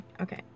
okay